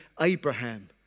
Abraham